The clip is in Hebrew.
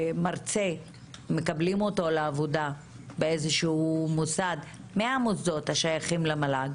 מרצה ומקבלים אותו לעבודה באיזשהו מוסד מהמוסדות השייכים למל"ג,